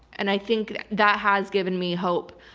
and i think that that has given me hope.